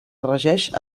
regeix